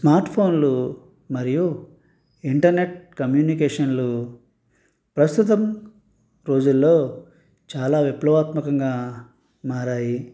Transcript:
స్మార్ట్ఫోన్లు మరియు ఇంటర్నెట్ కమ్యూనికేషన్లు ప్రస్తుతం రోజుల్లో చాలా విప్లవాత్మకంగా మారాయి